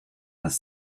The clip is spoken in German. das